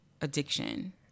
addiction